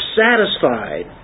satisfied